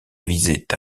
visait